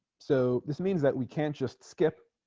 so this means that we can't just skip